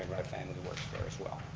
family works there as well.